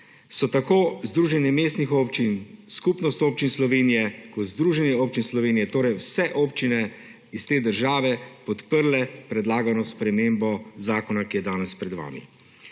so tako Združenje mestnih občin, Skupnost občin Slovenije kot Združenje občin Slovenije, torej vse občine iz te države, podprle predlagano spremembo zakona, ki je danes pred vami.